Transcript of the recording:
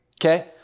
Okay